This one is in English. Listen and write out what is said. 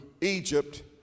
Egypt